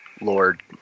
lord